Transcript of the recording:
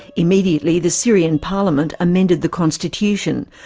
immediately the syrian parliament amended the constitution,